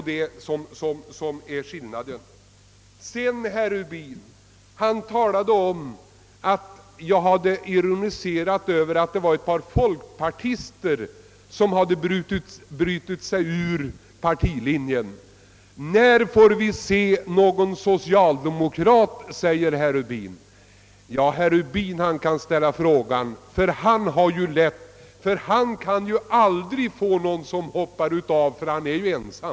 Sedan talade herr Rubin om att jag hade ironiserat över att det var ett par folkpartister som brutit partilinjen, och han frågade: När får vi se någon socialdemokrat som gör detta? Ja, herr Rubin kan ställa frågan. Han riskerar aldrig att själv få någon som hoppar av, ty han är ju ensam.